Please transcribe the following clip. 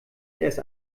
erst